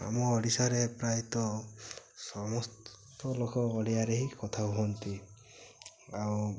ଆମ ଓଡ଼ିଶାରେ ପ୍ରାୟତଃ ସମସ୍ତ ଲୋକ ଓଡ଼ିଆରେ ହିଁ କଥା ହୁଅନ୍ତି ଆଉ